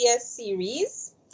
series